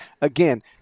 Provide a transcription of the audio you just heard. Again